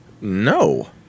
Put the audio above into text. No